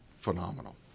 phenomenal